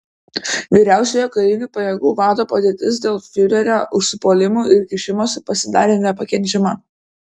vyriausiojo karinių pajėgų vado padėtis dėl fiurerio užsipuolimų ir kišimosi pasidarė nepakenčiama